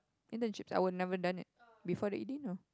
internships I will never done it before the E_D no